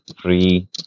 free